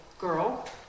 girl